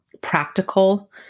practical